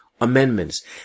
amendments